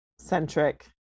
centric